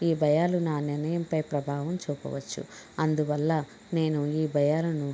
ఈ భయాలు నా నిర్ణయంపై ప్రభావం చూపవచ్చు అందువల్ల నేను ఈ భయాలను